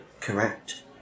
correct